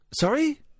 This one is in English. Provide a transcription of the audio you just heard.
Sorry